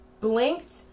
blinked